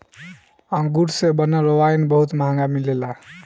अंगूर से बनल वाइन बहुत महंगा मिलेला